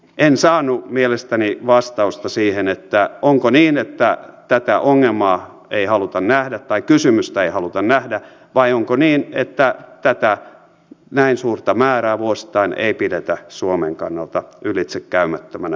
en saanut mielestäni vastausta siihen onko niin että tätä ongelmaa ei haluta nähdä tai kysymystä ei haluta nähdä vai onko niin että tätä näin suurta määrää vuosittain ei pidetä suomen kannalta ylitsekäymättömänä haasteena